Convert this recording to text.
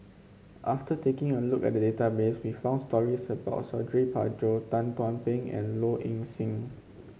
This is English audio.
after taking a look at the database we found stories about Suradi Parjo Tan Thuan Heng and Low Ing Sing